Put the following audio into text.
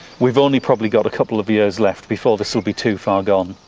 we've only probably got a couple of years left, before this will be too far gone,